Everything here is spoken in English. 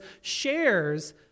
shares